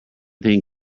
thing